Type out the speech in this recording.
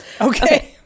Okay